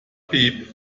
piep